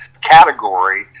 category